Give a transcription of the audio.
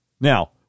Now